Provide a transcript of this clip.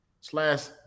slash